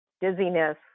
dizziness